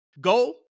Go